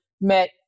met